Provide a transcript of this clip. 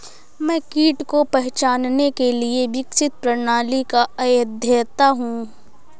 मैं कीट को पहचानने के लिए विकसित प्रणाली का अध्येता हूँ